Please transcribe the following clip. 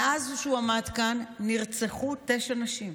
מאז שהוא עמד כאן נרצחו תשע נשים,